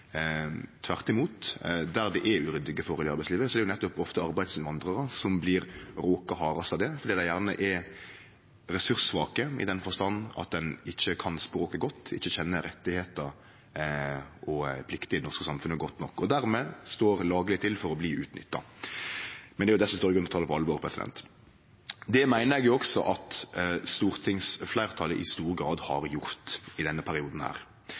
Tvert imot, der det er uryddige forhold i arbeidslivet, er det ofte arbeidsinnvandrarar som blir råka hardast, fordi dei gjerne er ressurssvake, i den forstand at dei ikkje kan språket godt, og ikkje kjenner rettane og pliktene i det norske samfunnet godt nok. Dermed står ein lagleg til for å bli utnytta. Men det er desto større grunn til å ta det på alvor. Det meiner eg også at stortingsfleirtalet i stor grad har gjort i denne perioden.